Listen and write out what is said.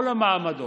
כל המעמדות,